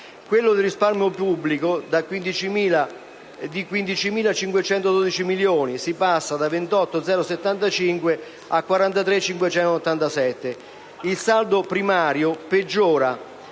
quello del risparmio pubblico di 15.512 milioni (si passa da 28.075 a 43.587 milioni). Il saldo primario peggiora